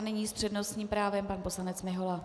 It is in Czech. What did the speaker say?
Nyní s přednostním právem pan poslanec Mihola.